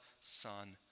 son